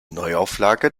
neuauflage